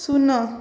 ଶୂନ